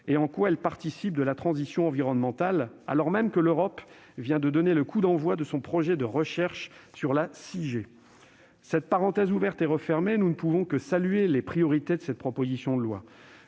et en quoi elle participe de la transition environnementale, alors même que l'Europe vient de donner le coup d'envoi de son projet de recherche sur la 6G ! Cette parenthèse ouverte et refermée, nous ne pouvons que saluer les priorités mises en avant dans cette proposition de loi.